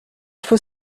faut